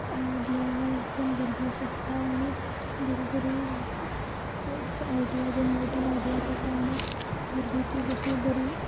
D I Y बीन भुरगीं शिकता आनी बरीं बरीं अशें आयडियाज इनोवेटीव आयडियाज येता आनी भुरगीं खूब अशीं बरीं